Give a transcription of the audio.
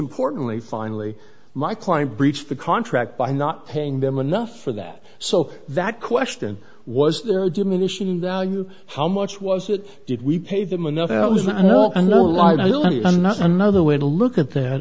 importantly finally my client breached the contract by not paying them enough for that so that question was their diminishing value how much was it did we pay them enough was i know another life another another way to look at that